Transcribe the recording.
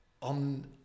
on